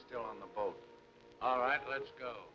still on the boat all right let's go